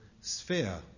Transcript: sphere